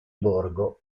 borgo